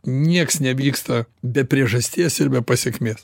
nieks nevyksta be priežasties ir be pasekmės